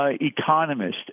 economist